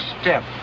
step